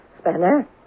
Spanner